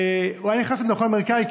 והיה נכנס עם דרכון אמריקאי,